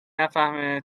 نفهمه